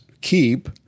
keep